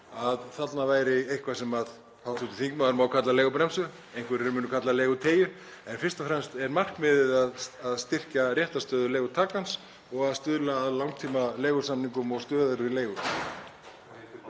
að þarna væri eitthvað sem hv. þingmaður má kalla leigubremsu og einhverjir munu kalla leiguteygju. En fyrst og fremst er markmiðið að styrkja réttarstöðu leigutakans og stuðla að langtímaleigusamningum og stöðugri leigu.